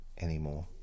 anymore